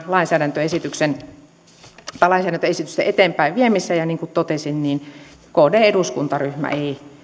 lainsäädäntöesitysten eteenpäinviemiseen ja niin kuin totesin kdn eduskuntaryhmä ei